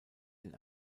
den